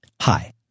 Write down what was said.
Hi